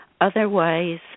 Otherwise